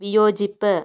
വിയോജിപ്പ്